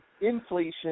inflation